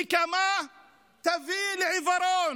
נקמה תביא לעיוורון.